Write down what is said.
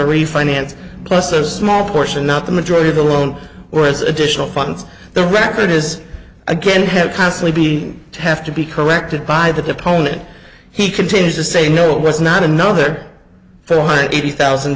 refinance plus a small portion of the majority of the loan or as additional funds the record is again have constantly be have to be corrected by the deponent he continues to say no it was not another four hundred eighty thousand